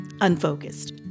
unfocused